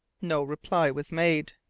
no reply was made.